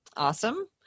awesome